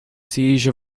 siege